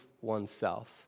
oneself